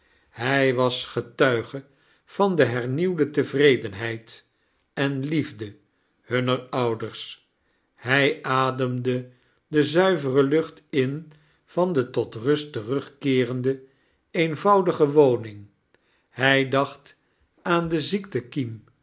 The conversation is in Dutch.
hij was getuige van de hernieuwde tevredenheid ea liefde hunner ouders hij ademde de zuivere lucht ia vaa de tot rust teruggekeerde eeavoudige charles dickens woning hij dacht aan de ziektekiem